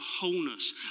wholeness